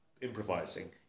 improvising